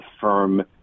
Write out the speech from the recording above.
firm